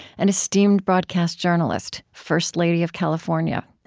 an esteemed broadcast journalist. first lady of california.